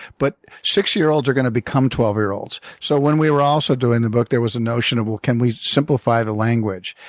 but six year olds are going to become twelve year olds. so when we were also doing the book, there was a notion of can we simplify the language?